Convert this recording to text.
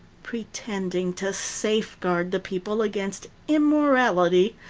pretending to safeguard the people against immorality,